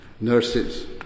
nurses